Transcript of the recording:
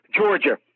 Georgia